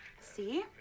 See